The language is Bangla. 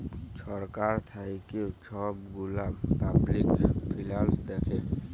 ছরকার থ্যাইকে ছব গুলা পাবলিক ফিল্যাল্স দ্যাখে